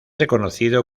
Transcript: reconocido